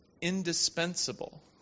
indispensable